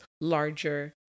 larger